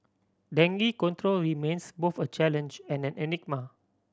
dengue control remains both a challenge and an enigma